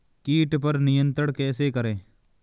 कीट पर नियंत्रण कैसे करें?